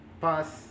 pass